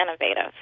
innovative